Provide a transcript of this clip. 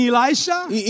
Elisha